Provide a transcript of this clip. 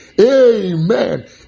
Amen